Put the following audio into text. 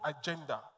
agenda